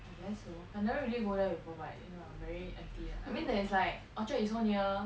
I guess you know I never really go there before but you know very empty ah I mean there's like orchard is so near